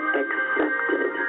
accepted